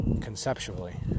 conceptually